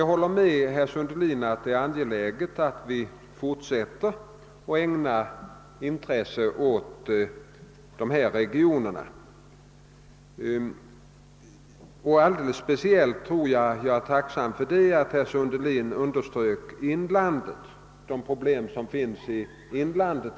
Jag håller med herr Sundelin om att det är angeläget att vi fortsätter att ägna intresse åt dessa och andra regioner, och alldeles speciellt tror jag att vi måste ägna intresse åt — något som jag är tacksam för att även herr Sundelin underströk — problemen i inlandet.